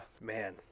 man